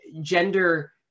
gender